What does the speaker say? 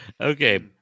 Okay